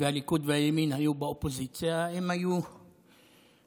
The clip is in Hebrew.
והליכוד והימין היו באופוזיציה, הם היו מזדעקים.